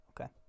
Okay